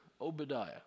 Obadiah